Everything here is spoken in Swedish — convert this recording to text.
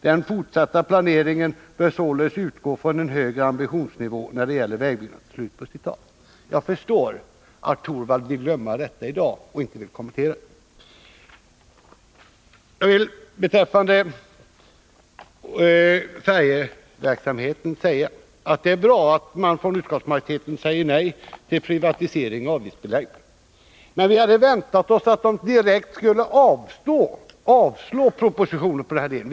Den fortsatta planeringen bör således utgå från en högre ambitionsnivå när det gäller vägbyggandet.” Jag förstår att herr Torwald vill glömma detta i dag och inte vill kommentera det. Jag vill beträffande färjeverksamheten framhålla att det är bra att utskottsmajoriteten säger nej till privatisering och avgiftsbeläggning. Men vi hade väntat oss att utskottsmajoriteten direkt skulle avstyrka propositionen i den här delen.